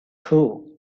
too